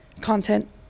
content